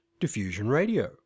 diffusionradio